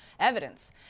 evidence